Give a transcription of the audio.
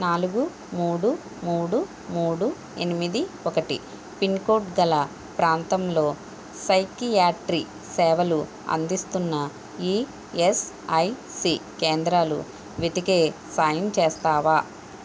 నాలుగు మూడు మూడు మూడు ఎనిమిది ఒకటి పిన్కోడ్ గల ప్రాంతంలో సైకియాట్రీ సేవలు అందిస్తున్న ఈఎస్ఐసి కేంద్రాలు వెతికే సాయం చేస్తావా